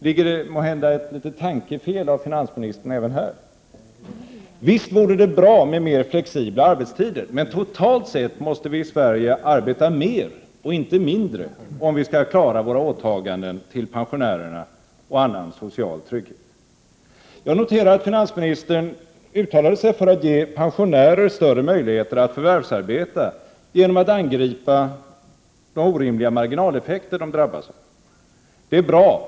Ligger det måhända ett litet tankefel av finansministern även här? Visst vore det bra med mer flexibla arbetstider, men totalt sett måste vi i Sverige arbeta mer och inte mindre om vi skall klara våra åtaganden till pensionärerna och annan social trygghet. Jag noterade att finansministern uttalade sig för att ge pensionärer större möjlighet att förvärvsarbeta genom att angripa de orimliga marginaleffekter som de drabbas av. Det är bra.